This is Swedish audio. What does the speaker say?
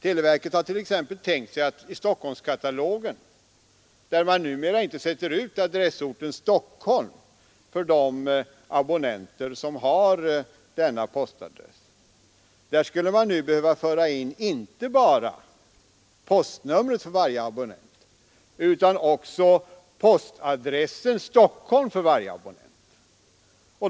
Televerket har t.ex. tänkt sig att i Stockholmskatalogen, där man numera inte sätter ut adressorten Stockholm för de abonnenter som har denna postadress, skulle man nu behöva föra in inte bara postnumret utan också postadressen Stockholm för varje abonnent.